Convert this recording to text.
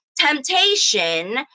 temptation